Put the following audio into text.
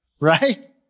right